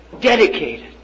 dedicated